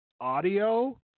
audio